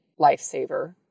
lifesaver